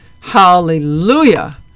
Hallelujah